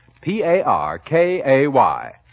P-A-R-K-A-Y